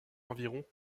environ